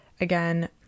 Again